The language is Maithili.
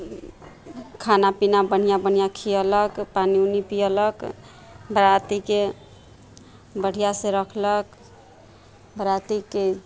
खाना पीना बढ़िआँ बढ़िआँ खिएलक पानि उनी पिएलक बरातीके बढ़िआँ से रखलक बरातीके